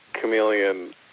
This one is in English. Chameleon